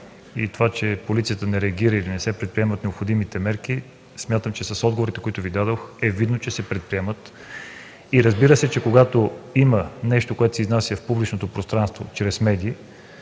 и това, че полицията не реагира или не се предприемат необходимите мерки, смятам, че с отговорите, които Ви дадох, е видно, че се предприемат. Разбира се, че когато има нещо, което се изнася в публичното пространство чрез медии,